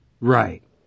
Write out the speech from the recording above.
Right